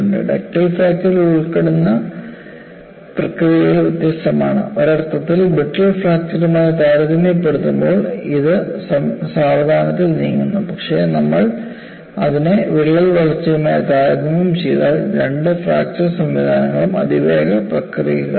ductile ഫ്രാക്ചറിൽ ഉൾപ്പെടുന്ന പ്രക്രിയകൾ വ്യത്യസ്തമാണ് ഒരർത്ഥത്തിൽ ബ്രിട്ടിൽ ഫ്രാക്ചർമായി താരതമ്യപ്പെടുത്തുമ്പോൾ ഇത് സാവധാനത്തിൽ നീങ്ങുന്നു പക്ഷേ നമ്മൾ അതിനെ വിള്ളൽ വളർച്ചയുമായി താരതമ്യം ചെയ്താൽ രണ്ട് ഫ്രാക്ചർ സംവിധാനങ്ങളും അതിവേഗ പ്രക്രിയകളാണ്